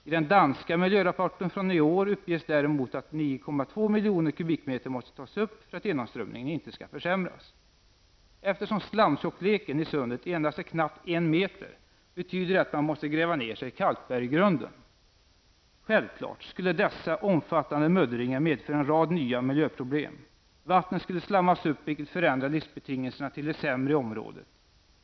I den danska miljörapporten från i år uppges däremot att 9,2 miljoner kubikmeter måste tas upp för att genomströmningen inte skall försämras. Eftersom slamtjockleken i sundet endast är knappt 1 meter betyder det att man måste gräva ner sig i kalkberggrunden. Självklart skulle dessa synnerligen omfattande muddringar medföra en rad nya miljöproblem. Vattnet skulle slammas upp vilket förändrar livsbetingelserna till det sämre i området.